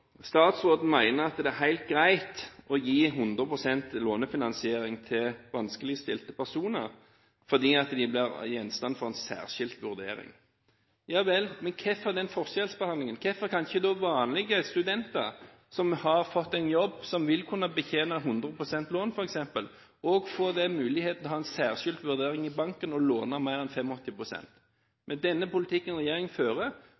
Statsråden mener at det er helt greit å gi 100 pst. lånefinansiering til vanskeligstilte personer, fordi de blir gjenstand for en særskilt vurdering. Ja vel, men hvorfor den forskjellsbehandlingen? Hvorfor kan ikke vanlige studenter som har fått en jobb, som vil kunne betjene 100 pst. lån, f.eks., også få den muligheten til å få en særskilt vurdering av banken og låne mer enn 85 pst.? Med den politikken regjeringen fører,